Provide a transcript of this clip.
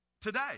Today